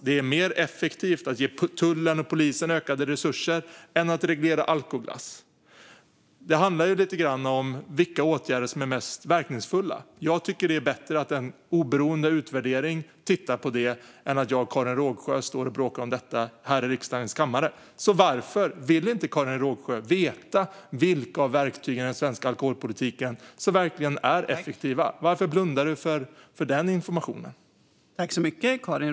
Det är mer effektivt att ge tullen och polisen ökade resurser än att reglera alkoglass. Det handlar om vilka åtgärder som är mest verkningsfulla. Jag tycker att det är bättre att en oberoende utvärdering tittar på det än att jag och Karin Rågsjö står och bråkar om det här i riksdagens kammare. Varför vill inte Karin Rågsjö veta vilka av verktygen i den svenska alkoholpolitiken som verkligen är effektiva? Varför blundar du för den informationen?